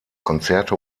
konzerte